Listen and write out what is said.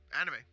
anime